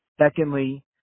Secondly